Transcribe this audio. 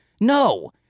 No